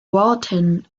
walton